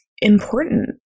important